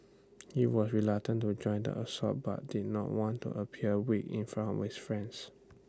he was reluctant to join in the assault but did not want appear weak in front of his friends